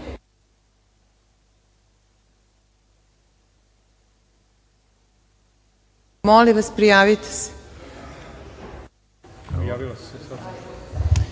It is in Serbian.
Molim vas, javite se